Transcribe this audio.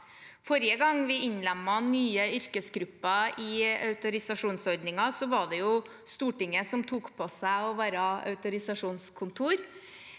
Forrige gang vi innlemmet nye yrkesgrupper i autorisasjonsordningen, var det Stortinget som tok på seg å være autorisasjonskontor.